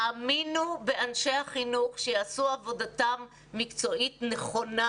האמינו באנשי החינוך שיעשו עבודתם מקצועית נכונה